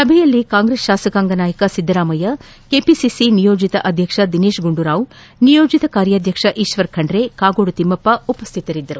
ಸಭೆಯಲ್ಲಿ ಕಾಂಗ್ರೆಸ್ ಶಾಸಕಾಂಗ ನಾಯಕ ಸಿದ್ಧರಾಮಯ್ಯ ಕೆಪಿಸಿಸಿ ನಿಯೋಜಿತ ಅಧ್ಯಕ್ಷ ದಿನೇತ್ ಗುಂಡೂರಾವ್ ನಿಯೋಜತ ಕಾರ್ಯಾಧ್ಯಕ್ಷ ಈಶ್ವರ್ ಖಂಡ್ರೆ ಕಾಗೋಡು ತಿಮ್ನಪ್ಪ ಉಪಸ್ವಿತರಿದ್ದರು